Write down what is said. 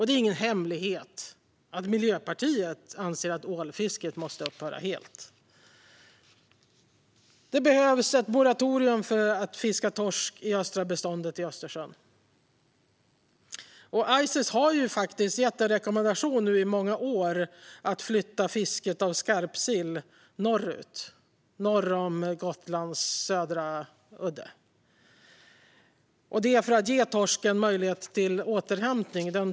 Det är ingen hemlighet att Miljöpartiet anser att ålfisket måste upphöra helt. Det behövs ett moratorium för torskfiske i det östra beståndet i Östersjön. Ices har faktiskt sedan många år rekommenderat att fisket av skarpsill flyttas norrut, norr om Gotlands södra udde, för att ge den torsk som finns kvar möjlighet till återhämtning.